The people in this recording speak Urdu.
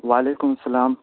وعلیکم السلام